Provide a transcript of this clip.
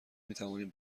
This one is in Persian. میتوانیم